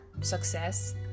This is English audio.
success